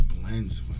blends